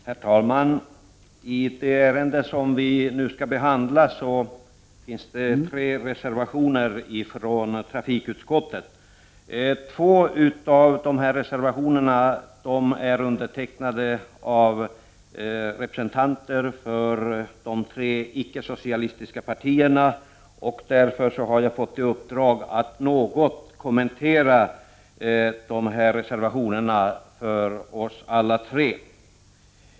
Herr talman! I det ärende som vi nu skall behandla finns det tre reservationer. Två av reservationerna är undertecknade av representanter för de tre icke-socialistiska partierna. Därför har jag fått i uppdrag att något kommentera dessa reservationer för oss alla tre.